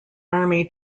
army